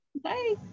Bye